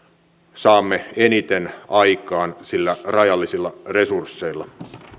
saamme eniten aikaan näillä rajallisilla resursseilla